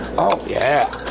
oh yeah.